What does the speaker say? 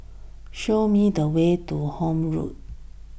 show me the way to Horne Road